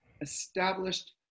established